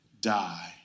die